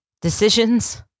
decisions